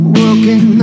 working